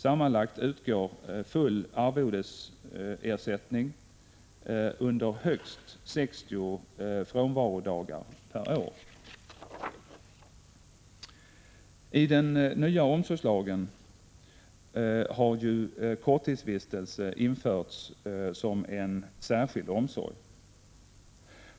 Sammanlagt utgår full arvodesersättning under högst 60 frånvarodagar per år. I den nya omsorgslagen har ju korttidsvistelse införts som en särskild omsorg.